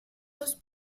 los